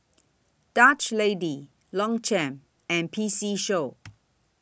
Dutch Lady Longchamp and P C Show